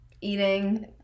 eating